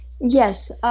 Yes